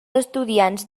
estudiants